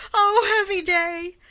o heavy day!